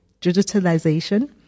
digitalization